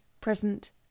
present